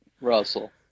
Russell